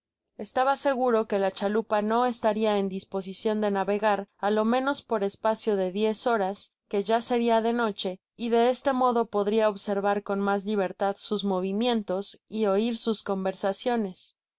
estaba seguro que la chalupa no estaria en disposicion de navegar á lo meaos por espacio de diez horas que ya seria de noche y de este modo podria observar c n mas libertad sus movimientos y oir sus conversaciones